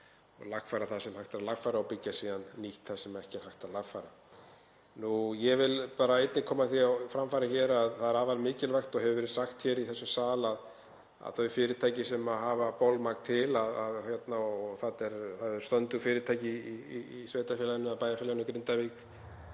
og lagfæra það sem hægt er að lagfæra og byggja síðan nýtt þar sem ekki er hægt að lagfæra. Ég vil koma því á framfæri hér að það er afar mikilvægt, og hefur verið sagt hér í þessum sal, að þau fyrirtæki sem hafa bolmagn til, og það eru stöndug fyrirtæki í bæjarfélaginu Grindavík,